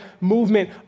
movement